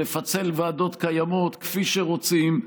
לפצל ועדות קיימות כפי שרוצים.